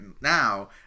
now